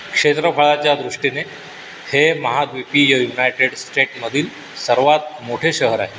क्षेत्रफळाच्या दृष्टीने हे महाद्वीपीय युनायटेड स्टेटमधील सर्वात मोठे शहर आहे